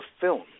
film